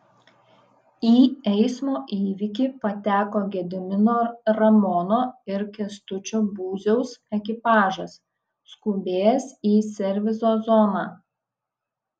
į eismo įvykį pateko gedimino ramono ir kęstučio būziaus ekipažas skubėjęs į serviso zoną